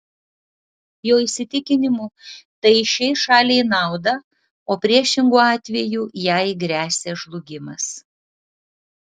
jo įsitikinimu tai išeis šaliai į naudą o priešingu atveju jai gresia žlugimas